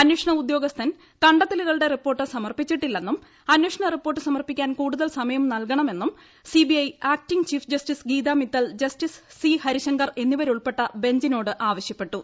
അന്വേഷണ ഉദ്യോഗസ്ഥൻ കണ്ടെത്തലുകളുടെ റിപ്പോർട്ട് സമർപ്പിച്ചിട്ടില്ലെന്നും അന്വേഷണ റിപ്പോർട്ട് സമർപ്പിക്കാൻ കൂടുതൽ സമയം നൽകണമെന്നും CBI acting chief justice Geeta Mittal justice C Harishankar എന്നിവരുൾപ്പെട്ട ബെഞ്ചിനോട് ആവശ്യപ്പെട്ടു